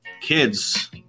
kids